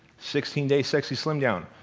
sixteen day sexy slim down.